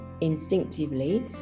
Instinctively